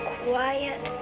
quiet